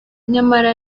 nyamara